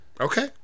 Okay